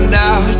now